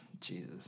Jesus